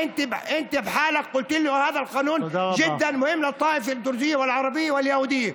אתה בעצמך אמרת לי שהחוק הזה מאוד חשוב למגזר הדרוזי והערבי והיהודי,